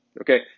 Okay